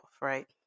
Right